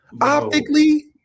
optically